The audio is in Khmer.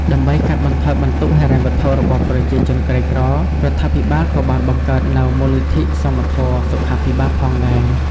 ដើម្បីកាត់បន្ថយបន្ទុកហិរញ្ញវត្ថុរបស់ប្រជាជនក្រីក្រ រដ្ឋាភិបាលក៏បានបង្កើតនូវ មូលនិធិសមធម៌សុខាភិបាលផងដែរ។